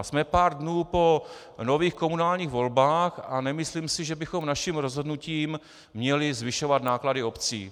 Jsme pár dnů po nových komunálních volbách a nemyslím si, že bychom naším rozhodnutím měli zvyšovat náklady obcí.